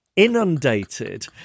inundated